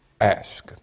ask